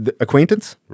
acquaintance